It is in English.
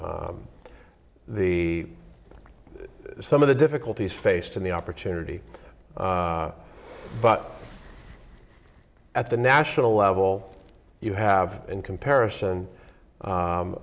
the some of the difficulties faced in the opportunity but at the national level you have in comparison